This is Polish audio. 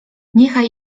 niechaj